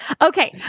Okay